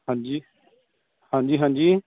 ਹਾਂਜੀ ਹਾਂਜੀ ਹਾਂਜੀ